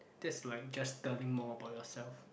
that's like just telling more about yourself